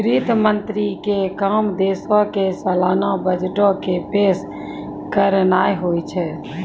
वित्त मंत्री के काम देशो के सलाना बजटो के पेश करनाय होय छै